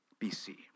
BC